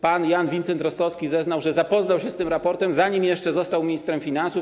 Pan Jan Vincent-Rostowski zeznał, że zapoznał się z tym raportem, zanim jeszcze został ministrem finansów.